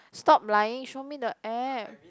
stop lying show me the app